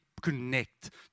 connect